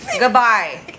Goodbye